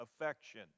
affection